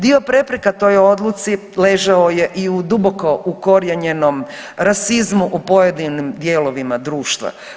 Dio prepreka toj odluci ležao je i u duboko ukorijenjenom rasizmu u pojedinim dijelovima društva.